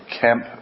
camp